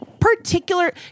particular